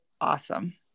awesome